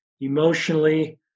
emotionally